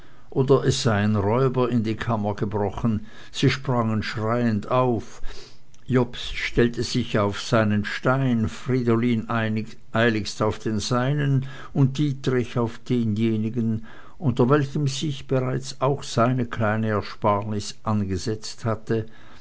oder es seien räuber in die kammer gebrochen sie sprangen schreiend auf jobst stellte sich auf seinen stein fridolin eiligst auf seinen und dietrich auf denjenigen unter welchem sich bereits auch seine kleine ersparnis angesetzt hatte